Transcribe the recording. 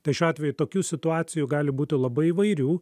tai šiuo atveju tokių situacijų gali būti labai įvairių